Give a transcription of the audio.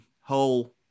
whole